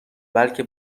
بلکه